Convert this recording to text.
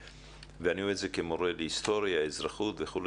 ואני אומר את זה כמורה להיסטוריה, אזרחות וכו',